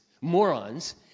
morons